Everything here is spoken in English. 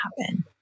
happen